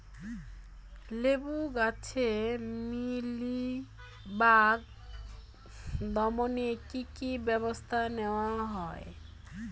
লেবু গাছে মিলিবাগ দমনে কী কী ব্যবস্থা নেওয়া হয়?